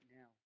now